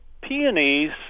peonies